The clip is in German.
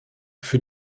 für